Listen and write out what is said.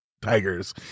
tigers